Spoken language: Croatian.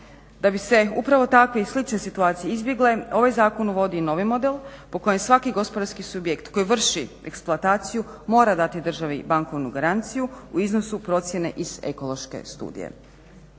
Da bi se upravo takve i slične situacije izbjegle ovaj Zakon uvodi i novi model po kojem svaki gospodarski subjekt koji vrši eksploataciju mora dati državi bankovnu garanciju u iznosu procjene iz ekološke studije.